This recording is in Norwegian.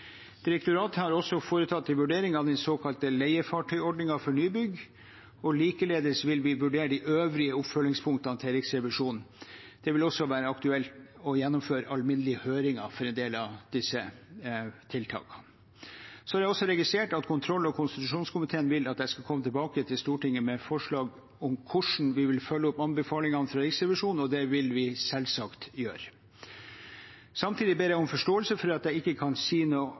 Direktoratet har også foretatt en vurdering av den såkalte leiefartøyordningen for nybygg, og likeledes vil vi vurdere de øvrige oppfølgingspunktene til Riksrevisjonen. Det vil også være aktuelt å gjennomføre alminnelige høringer for en del av disse tiltakene. Jeg har også registrert at kontroll- og konstitusjonskomiteen vil at jeg skal komme tilbake til Stortinget med forslag om hvordan vi vil følge opp anbefalingene fra Riksrevisjonen, og det vil jeg selvsagt gjøre. Samtidig ber jeg om forståelse for at jeg ikke kan si noe